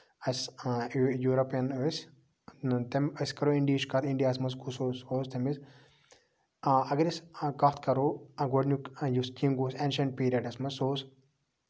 اَسہِ آ یوٗ یوٗریپِین ٲسۍ تِم أسۍ کرو اِنڈیا ہٕچ کَتھ اِنڈیا ہَس منٛز کُس اوس اوس تٔمِس آ اَگر أسۍ کَتھ کرو گۄڈٕنیُک یُس کِنگ اوس ایٚنشنَٹ پیٖرڈَس منٛز سُہ اوس